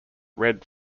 red